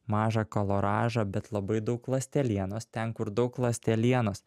mažą kaloražą bet labai daug ląstelienos ten kur daug ląstelienos